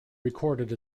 recorded